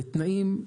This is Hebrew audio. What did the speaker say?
בתנאים,